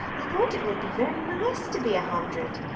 i thought it would be very nice to be a hundred.